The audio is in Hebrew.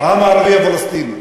העם הערבי הפלסטיני.